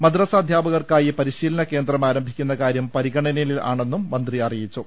മദ്റസാ അധ്യാപകർക്ക് ആയി പരിശീലനം കേന്ദ്രം ആരംഭിക്കുന്ന കാര്യം പരിഗണനയിൽ ആണെന്നും മന്ത്രി അറിയിച്ചു